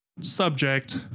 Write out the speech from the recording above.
subject